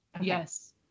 yes